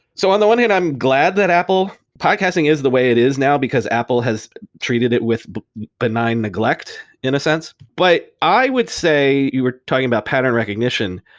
so on the one hand, i'm glad that apple podcasting is the way it is now, because apple has treated it with benign neglect in a sense. but i would say, you were talking about pattern recognition.